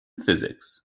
physics